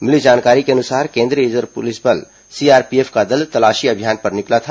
मिली जानकारी के अनुसार केंद्रीय रिजर्व पुलिस बल सीआरपीएफ का दल तलाशी अभियान पर निकला था